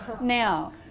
Now